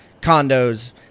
condos